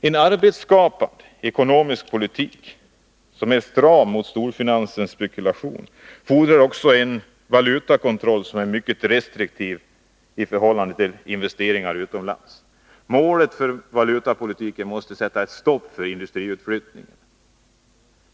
En arbetsskapande ekonomisk politik som är stram mot storfinansens spekulationer fordrar också en valutakontroll som är mycket restriktiv i förhållande till investeringar utomlands. Målet för valutapolitiken måste vara att sätta stopp för industriutflyttningen.